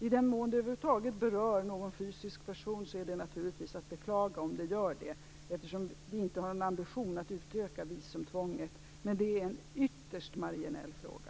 I den mån det över huvud taget berör någon fysisk person är det naturligtvis att beklaga - vi har ingen ambition att utöka visumtvånget - men det är en ytterst marginell fråga.